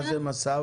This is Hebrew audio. מה זה מס"ב?